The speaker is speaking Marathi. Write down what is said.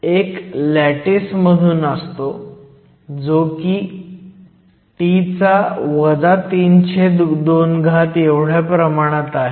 एक लॅटिस मधून असतो जो की T 32 च्या प्रमाणात आहे